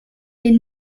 est